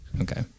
Okay